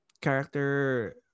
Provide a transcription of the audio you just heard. character